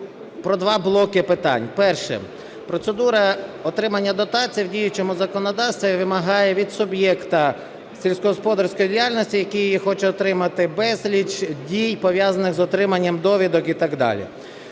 про два блоки питань. Перше. Процедура отримання дотацій в діючому законодавстві вимагає від суб'єкта сільськогосподарської діяльності, який її хоче отримати, безліч дій, пов'язаних з отриманням довідок і так далі.